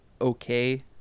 okay